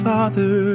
Father